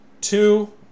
Two